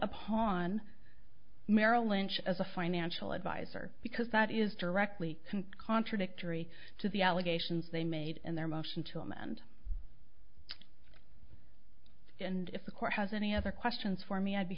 upon merrill lynch as a financial adviser because that is directly contradictory to the allegations they made in their motion to amend and if the court has any other questions for me i'd be